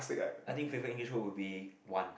I think favorite English word would be one